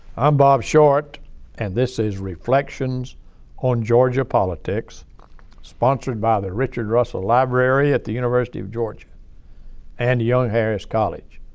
i'm bob short and this is reflections on georgia politics sponsored by the richard russell library at the university of georgia and young harris college.